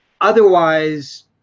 otherwise